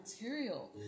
material